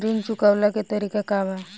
ऋण चुकव्ला के तरीका का बा?